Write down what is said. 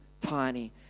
tiny